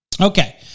Okay